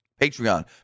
Patreon